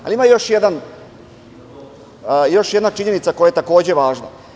Ima još jedna činjenica koja je takođe važna.